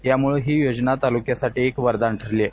त्यामुळे ही योजना तालुक्यासाठी एक वरदान ठरली आहे